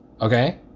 okay